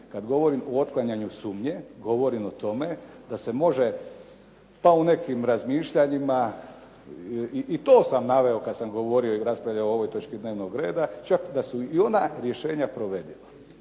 Kad govorim o otklanjanju sumnje, govorim o tome da se može pa u nekim razmišljanjima, i to sam naveo kad sam govorio i raspravljao o ovoj točki dnevnog reda, čak da su i ona rješenja provediva.